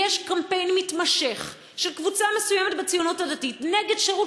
יש קמפיין מתמשך של קבוצה מסוימת בציונות הדתית נגד שירות